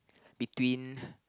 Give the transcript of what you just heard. between